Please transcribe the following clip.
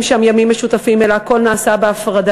שם ימים משותפים אלא הכול נעשה בהפרדה,